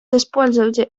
использовать